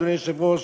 אדוני היושב-ראש,